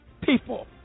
people